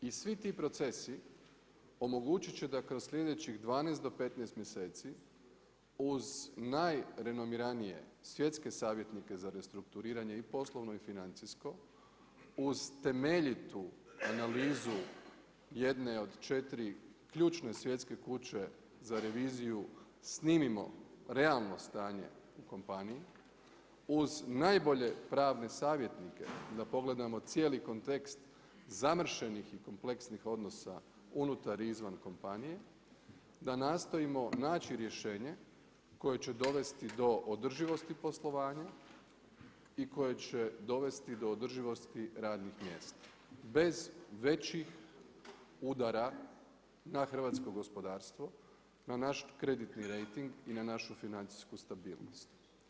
I svi ti procesi, omogućit će da kroz sljedećih 12 do 15 mjeseci uz najrenoviranije svjetske savjetnike za rekonstruiranje i poslovno i financijsko, uz temeljitu analizu jedne od 4 ključne svjetske kuće za reviziju snimimo realno stanje u kompaniji uz najbolje pravne savjetnike, da pogledamo cijeli kontekst, zamršenih i kompleksnih odnosa unutar i izvan kompanije, da nastojimo naći rješenje koje će dovesti do održivosti poslovanja i koje će dovesti do održivosti radnih mjesta, bez većih udara na hrvatsko gospodarstvo, na naš kreditni rejting i na našu financijsku stabilnost.